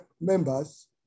members